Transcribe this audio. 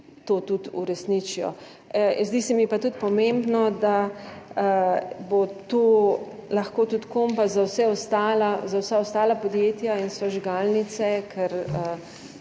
to tudi uresničijo. Zdi se mi pa tudi pomembno, da bo to lahko tudi kompas za vsa ostala podjetja in sežigalnice. Ker